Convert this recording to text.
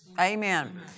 Amen